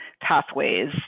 pathways